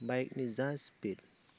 बाइकनि जा स्पिड